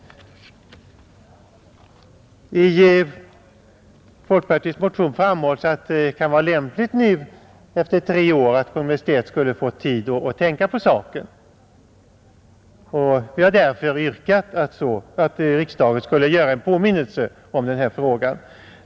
I folkpartiets motion framhålls att det kan vara lämpligt nu efter tre år, att Kungl. Majt prövar saken på nytt. Vi har därför yrkat att riksdagen skulle påminna om den här frågan.